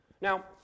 Now